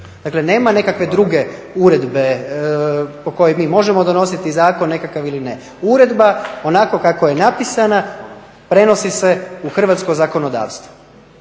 dakle nema nekakve druge uredbe po kojoj mi možemo donosit zakon nekakav ili ne. Uredba onako kako je napisana prenosi se u hrvatsko zakonodavstvo,